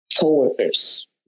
coworkers